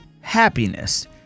happiness